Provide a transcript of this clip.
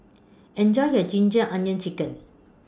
Enjoy your Ginger Onions Chicken